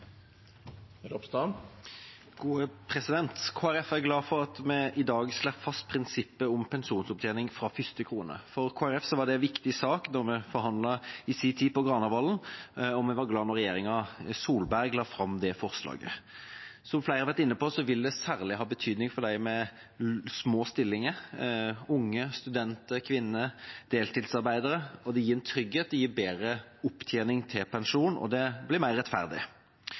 glad for at vi i dag slår fast prinsippet om pensjonsopptjening fra første krone. For Kristelig Folkeparti var det en viktig sak da vi i sin tid forhandlet på Granavolden, og vi var glade da regjeringa Solberg la fram det forslaget. Som flere har vært inne på, vil det særlig ha betydning for dem med små stillinger – unge, studenter, kvinner og deltidsarbeidere. Det gir trygghet, det gir bedre opptjening til pensjon, og det blir mer rettferdig.